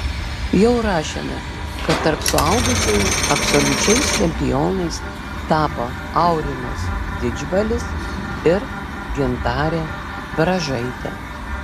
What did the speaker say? jau rašėme kad tarp suaugusiųjų absoliučiais čempionais tapo aurimas didžbalis ir gintarė bražaitė